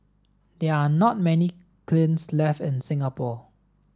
there are not many kilns left in Singapore